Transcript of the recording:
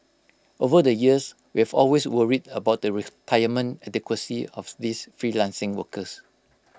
over the years we've always worried about the retirement adequacy of these freelancing workers